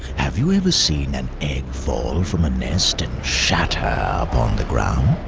have you ever seen an egg fall from a nest and shatter upon the ground?